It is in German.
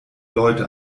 leute